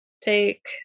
take